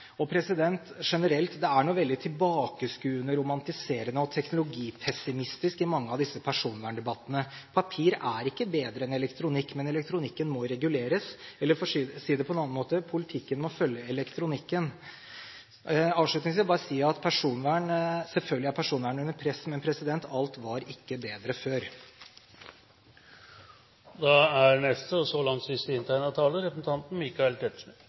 Generelt er det noe veldig tilbakeskuende, romantiserende og teknologipessimistisk i mange av disse personverndebattene. Papir er ikke bedre enn elektronikk, men elektronikken må reguleres. Eller for å si det på en annen måte: Politikken må følge elektronikken. Avslutningsvis vil jeg bare si at selvfølgelig er personvernet under press, men alt var ikke bedre før. Jeg må si meg enig med representanten Haugli på ett punkt og